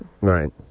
Right